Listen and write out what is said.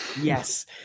Yes